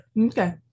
okay